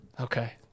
Okay